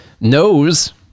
knows